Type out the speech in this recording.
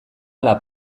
ala